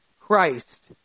Christ